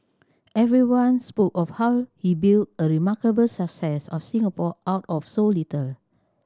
everyone spoke of how he built a remarkable success of Singapore out of so little